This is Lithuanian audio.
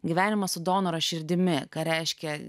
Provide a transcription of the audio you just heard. gyvenimą su donoro širdimi ką reiškia